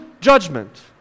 judgment